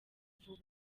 vuba